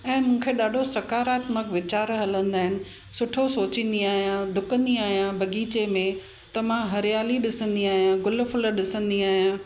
ऐं मूंखे ॾाढो स्कारात्मक वीचार हलंदा आहिनि सुठो सोचींदी आहियां डुकंदी आहियां बग़ीचे में त मां हरियाली ॾिसंदी आहियां गुल फुल ॾिसंदी आहियां